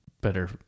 better